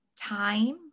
time